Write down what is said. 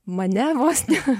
mane vos ne